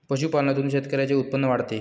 पशुपालनातून शेतकऱ्यांचे उत्पन्न वाढते